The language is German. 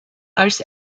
als